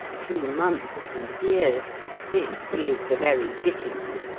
through months and years this is the very dickens,